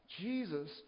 Jesus